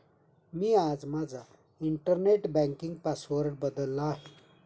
मी आज माझा internet banking password बदलला आहे